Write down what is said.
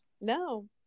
No